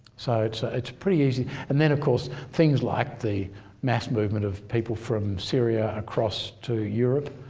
so it's ah it's pretty easy. and then of course things like the mass movement of people from syria across to europe